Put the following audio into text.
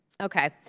Okay